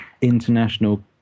international